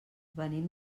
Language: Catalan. venim